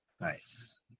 Nice